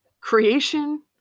creation